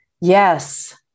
yes